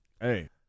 hey